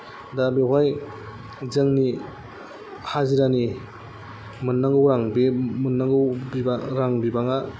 दा बेवहाय जोंनि हाजिरानि मोन्नांगौ रां बे मोन्नांगौ रां बिबांआ